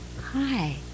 Hi